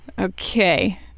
Okay